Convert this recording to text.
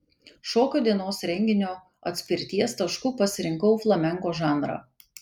šokio dienos renginio atspirties tašku pasirinkau flamenko žanrą